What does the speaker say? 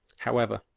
however,